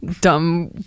dumb